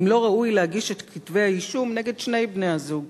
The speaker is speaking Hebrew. האם לא ראוי להגיש את כתבי-האישום נגד שני בני-הזוג?